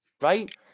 right